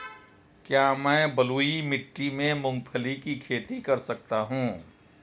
क्या मैं बलुई मिट्टी में मूंगफली की खेती कर सकता हूँ?